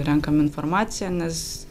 renkam informaciją nes